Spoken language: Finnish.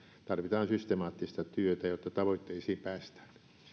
tarvitaan systemaattista työtä jotta tavoitteisiin päästään